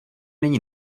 není